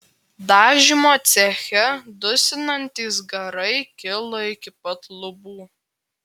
dažymo ceche dusinantys garai kilo iki pat lubų